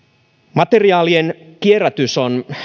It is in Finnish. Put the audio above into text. materiaalien kierrätys on